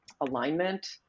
alignment